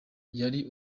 yari